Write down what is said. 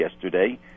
yesterday